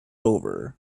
over